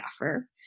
offer